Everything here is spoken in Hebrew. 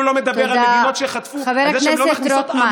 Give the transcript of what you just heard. תודה, חבר הכנסת רוטמן.